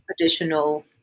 additional